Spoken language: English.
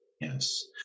yes